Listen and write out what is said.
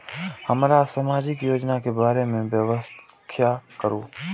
हमरा सामाजिक योजना के बारे में व्याख्या करु?